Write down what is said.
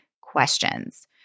questions